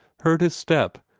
heard his step,